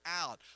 out